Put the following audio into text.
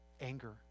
Anger